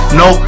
no